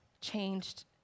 changed